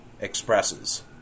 expresses